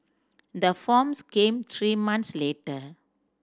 the forms came three months later